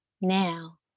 now